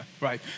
right